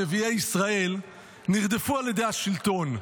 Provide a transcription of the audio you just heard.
נביאי ישראל נרדפו על ידי השלטון.